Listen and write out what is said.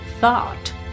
thought